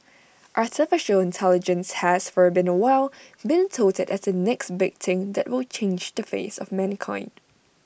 Artificial Intelligence has for being A while been touted as the next big thing that will change the face of mankind